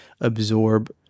absorb